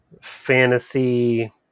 fantasy